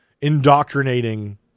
indoctrinating